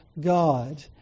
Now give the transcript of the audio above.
God